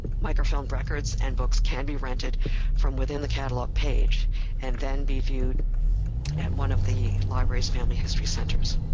microfilm records and books can be rented from within the catalog page and then be viewed at one of the library's family history centers.